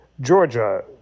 Georgia